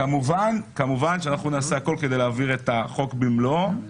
כמובן אנחנו נעשה הכול כדי להעביר את החוק במלואו.